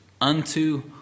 unto